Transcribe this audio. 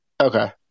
Okay